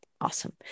Awesome